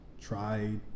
try